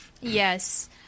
Yes